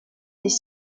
des